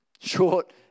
short